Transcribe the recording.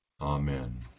Amen